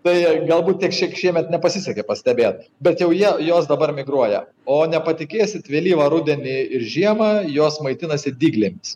tai galbūt tik šiek šiemet nepasisekė pastebėt bet jau jos dabar migruoja o nepatikėsit vėlyvą rudenį ir žiemą jos maitinasi dyglėmis